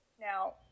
Now